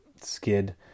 skid